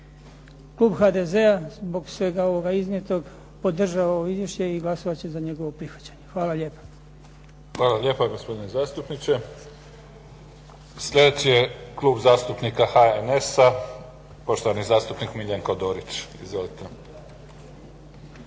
Klub HDZ-a zbog svega ovdje iznijetog podržava ovo Izvješće i glasovat će za njegovo prihvaćanje. Hvala lijepa. **Mimica, Neven (SDP)** Hvala lijepa gospodine zastupniče. Sljedeći je Klub zastupnika HNS-a poštovani zastupnik MIljenko Dorić. Izvolite.